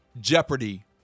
jeopardy